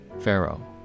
Pharaoh